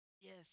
Yes